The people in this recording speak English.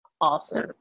Awesome